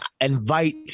invite